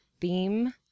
theme